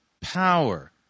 power